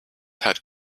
had